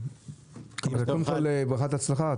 נאחל לך ברכת הצלחה.